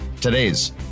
today's